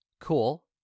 Cool